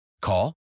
Call